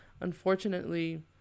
unfortunately